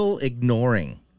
Ignoring